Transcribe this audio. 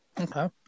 Okay